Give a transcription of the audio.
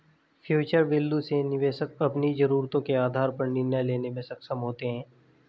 future value से निवेशक अपनी जरूरतों के आधार पर निर्णय लेने में सक्षम होते हैं